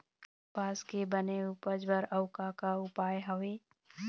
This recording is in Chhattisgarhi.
कपास के बने उपज बर अउ का का उपाय हवे?